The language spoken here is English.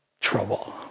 Trouble